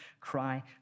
cry